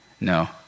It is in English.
no